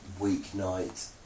weeknight